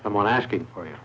someone asking for you